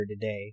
today